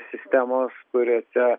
sistemos kuriose